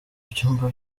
byumba